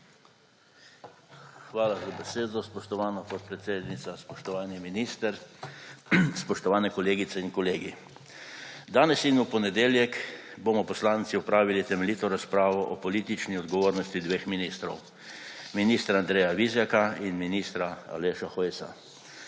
Hvala za besedo, spoštovana podpredsednica. Spoštovani minister, spoštovane kolegice in kolegi! Danes in v ponedeljek bomo poslanci opravili temeljito razpravo o politični odgovornosti dveh ministrov, ministra Andreja Vizjaka in ministra Aleša Hojsa.